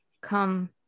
come